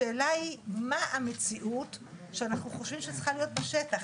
השאלה היא מה המציאות שאנחנו חושבים שצריכה להיות בשטח.